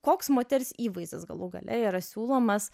koks moters įvaizdis galų gale yra siūlomas